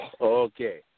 Okay